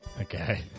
Okay